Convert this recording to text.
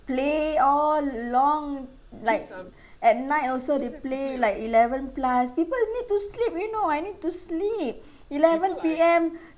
play all long like at night also they play like eleven plus people need to sleep you know I need to sleep eleven P_M